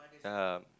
ya